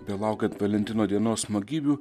belaukiant valentino dienos smagybių